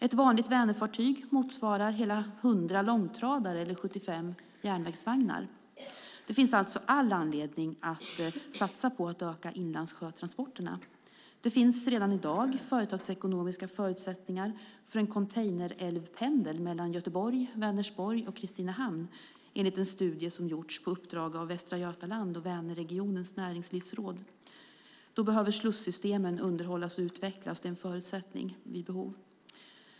Ett vanligt Vänerfartyg motsvarar hela 100 långtradare eller 75 järnvägsvagnar. Det finns alltså all anledning att satsa på att öka inlandsjötransporterna. Det finns redan i dag företagsekonomiska förutsättningar för en containerälvpendel mellan Göteborg, Vänersborg och Kristinehamn enligt en studie som har gjorts på uppdrag av Västra Götaland och Vänerregionens Näringslivsråd. En förutsättning är att slussystemen underhålls och utvecklas vid behov.